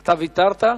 אתה ויתרת?